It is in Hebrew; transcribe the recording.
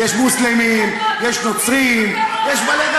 67 שנים יש כאן מונופול.